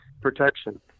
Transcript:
protection